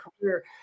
career